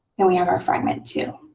and we have our fragment two.